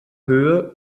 höhe